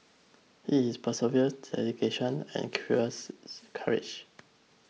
it is perseverance dedication curiosity and courage